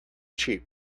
cheap